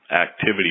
activity